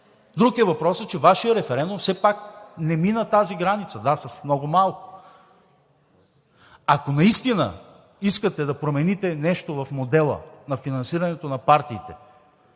Друг е въпросът, че Вашият референдум все пак не мина тази граница – да, с много малко. Ако наистина искате да промените нещо в модела на финансирането на партиите,